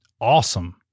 awesome